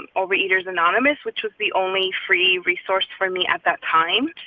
and overeaters anonymous, which was the only free resource for me at that time.